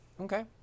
okay